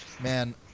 man